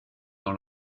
dans